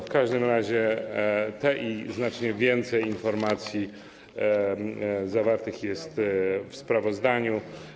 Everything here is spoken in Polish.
W każdym razie te informacje i znacznie więcej informacji zawartych jest w sprawozdaniu.